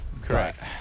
Correct